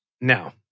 Now